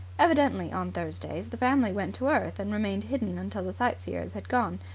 evidently, on thursdays, the family went to earth and remained hidden until the sightseers had gone.